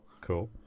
Cool